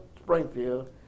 Springfield